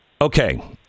okay